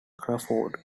crawford